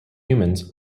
humans